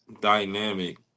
dynamic